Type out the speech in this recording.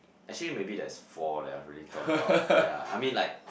actually maybe that is four that I really thought about yea I mean like